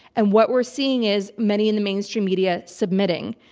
and what we're seeing is many in the mainstream media submitting.